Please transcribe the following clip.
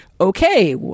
okay